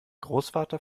großvater